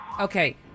Okay